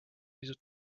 pisut